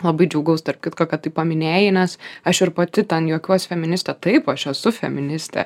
labai džiaugiaus tarp kitko kad tai paminėjai nes aš ir pati ten juokiuos feministė taip aš esu feministė